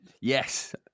Yes